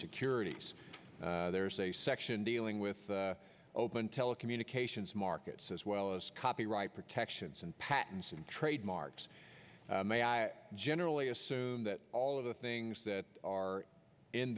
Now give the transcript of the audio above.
securities there's a section dealing with open telecommunications markets as well as copyright protections and patents and trademarks generally assume that all of the things that are in